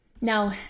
Now